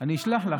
אני אשלח לך.